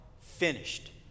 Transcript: Finished